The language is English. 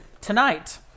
tonight